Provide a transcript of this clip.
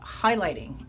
highlighting